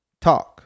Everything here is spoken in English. talk